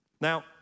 Now